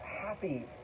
happy